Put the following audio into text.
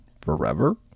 forever